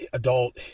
adult